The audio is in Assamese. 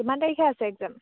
কিমান তাৰিখে আছে এগজাম